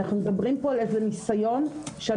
אנחנו מדברים פה על איזה ניסיון שאנחנו